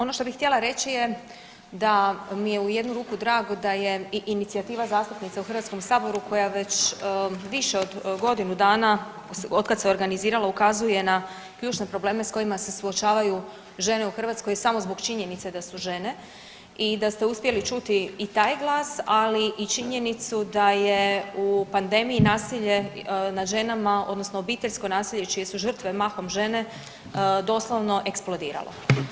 Ono što bih htjela reći da mi je u jednu ruku drago da je i inicijativa zastupnica u HS-u koja već više od godinu dana otkad se organizirala ukazuje na ključne probleme s kojima se suočavaju žene u Hrvatskoj samo zbog činjenice da su žene i da ste uspjeli čuti i taj glas, ali i činjenicu da je u pandemiji nasilje nad ženama, odnosno obiteljsko nasilje čije su žrtve mahom žene, doslovno eksplodiralo.